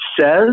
says